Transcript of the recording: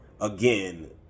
Again